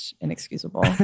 inexcusable